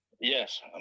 Yes